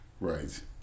right